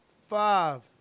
five